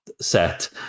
set